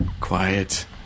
quiet